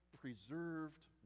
preserved